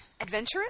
adventurous